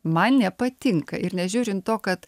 man nepatinka ir nežiūrint to kad